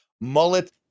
mullet